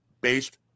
based